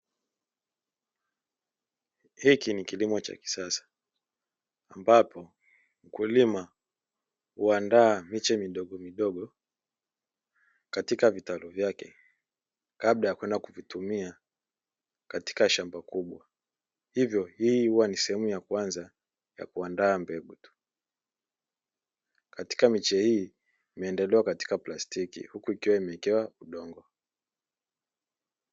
Hiki ni kilimo cha kisasa ambapo mkulima huandaa miche midogo midogo katika vitalu vyake kabla ya kwenda kuvitumia katika shamba kubwa hivyo hii huwa ni sehemu ya kwanza ya kuandaa mbegu tu, katika miche hii imeendelea katika plastiki huku ikiwa imewekewa udongo.